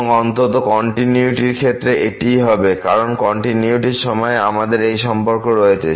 এবং অন্তত কন্টিনিউয়িটির ক্ষেত্রে এটিই হবে কারণ কন্টিনিউয়িটির সময়ে আমাদের এই সম্পর্ক রয়েছে